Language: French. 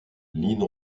line